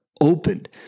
opened